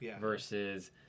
versus